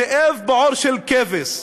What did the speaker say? זאב בעור של כבש.